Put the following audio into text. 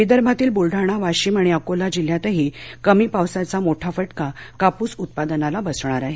विदर्भातील बुलढाणा वाशीम आणि अकोला जिल्ह्यातही कमी पावसाचा मोठा फटका कापूस उत्पादनाला बसणार आहे